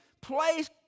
place